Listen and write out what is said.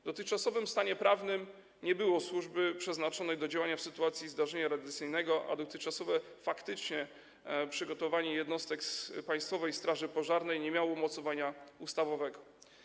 W dotychczasowym stanie prawnym nie było służby przeznaczonej do działania w sytuacji zdarzenia radiacyjnego, a dotychczasowe faktyczne przygotowanie jednostek Państwowej Straży Pożarnej nie miało umocowania ustawowego.